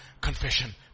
confession